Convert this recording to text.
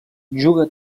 juga